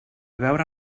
veure